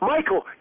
Michael